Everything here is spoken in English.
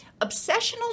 obsessional